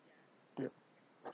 yup